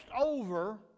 over